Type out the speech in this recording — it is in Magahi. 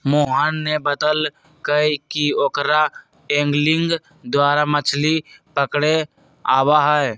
मोहन ने बतल कई कि ओकरा एंगलिंग द्वारा मछ्ली पकड़े आवा हई